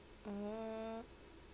oh